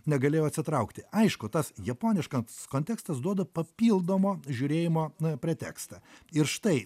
negalėjau atsitraukti aišku tas japoniškas kontekstas duoda papildomo žiūrėjimo pretekstą ir štai